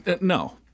No